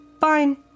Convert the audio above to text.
Fine